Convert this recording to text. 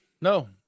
No